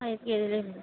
ఐదు కేజీలండి